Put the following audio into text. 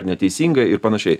ar neteisinga ir panašiai